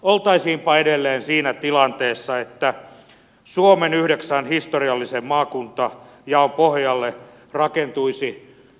oltaisiinpa edelleen siinä tilanteessa että suomen yhdeksän historiallisen maakunnan jaon pohjalle rakentuisi aluehallinto